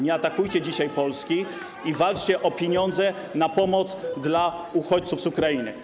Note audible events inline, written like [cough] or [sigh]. Nie atakujcie dzisiaj Polski i walczcie o pieniądze [noise] na pomoc dla uchodźców z Ukrainy.